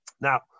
now